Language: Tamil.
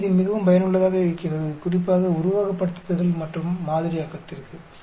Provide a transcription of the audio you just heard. எனவே இது மிகவும் பயனுள்ளதாக இருக்கிறது குறிப்பாக உருவகப்படுத்துதல்கள் மற்றும் மாதிரியாக்கத்திற்கு